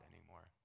anymore